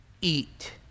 eat